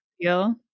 feel